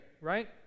right